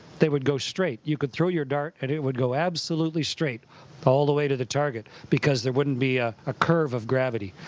they would go straight. you could throw your dart, dart, and it would go absolutely straight all the way to the target because there wouldn't be a ah curve of gravity.